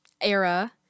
era